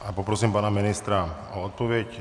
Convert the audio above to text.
A poprosím pana ministra o odpověď.